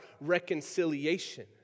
reconciliation